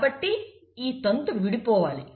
కాబట్టి ఈ తంతు విడిపోవాలి